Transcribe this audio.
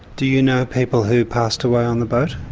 do you know people who passed away on the boat?